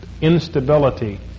instability